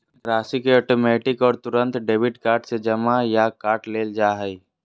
राशि के ऑटोमैटिक और तुरंत डेबिट कार्ड से जमा या काट लेल जा हइ